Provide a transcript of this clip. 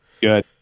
Good